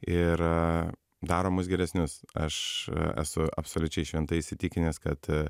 ir daro mus geresnius aš esu absoliučiai šventai įsitikinęs kad